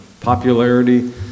popularity